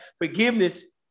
forgiveness